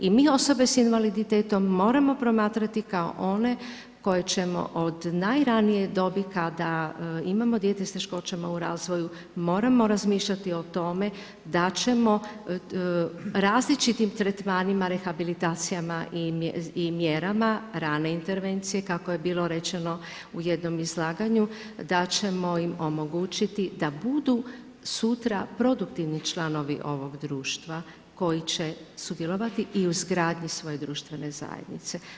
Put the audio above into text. I mi osobe s invaliditetom moramo promatrati kao one koje ćemo od najranije dobi, kada imamo dijete s teškoćama u razvoju moramo razmišljati o tome da ćemo različitim tretmanima, rehabilitacijama i mjerama rane intervencije kako je bilo rečeno u jednom izlaganju, da ćemo im omogućiti da budu sutra produktivni članovi ovog društva koji će sudjelovati i u izgradnji svoje društvene zajednice.